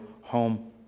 home